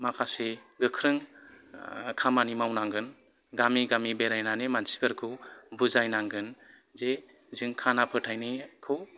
माखासे गोख्रों खामानि मावनांगोन गामि गामि बेरायनानै मानसिफोरखौ बुजायनांगोन जे जों खाना फोथायनायखौ